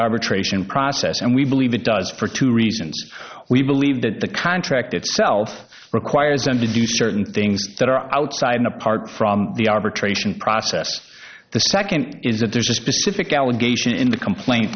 arbitration process and we believe it does for two reasons we believe that the contract itself requires them to do certain things that are outside and apart from the arbitration process the second is that there's a specific allegation in the complain